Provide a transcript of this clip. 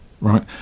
right